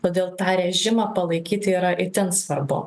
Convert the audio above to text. todėl tą režimą palaikyti yra itin svarbu